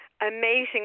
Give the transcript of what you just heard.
amazing